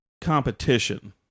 competition